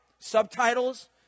subtitles